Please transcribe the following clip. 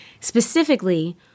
Specifically